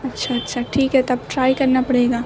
اچھا اچھا ٹھیک ہے تب ٹرائی کرنا پڑے گا